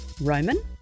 Roman